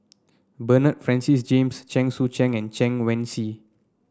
Bernard Francis James Chen Sucheng and Chen Wen Hsi